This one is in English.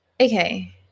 okay